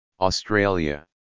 Australia